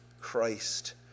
Christ